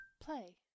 Play